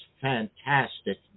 fantastic